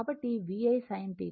కాబట్టి VI sin θ